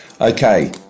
Okay